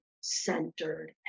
centered